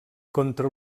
contra